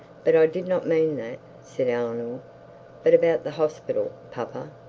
but i did not mean that said eleanor. but about the hospital, papa?